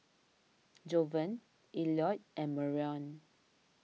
Jovan Elliot and Marion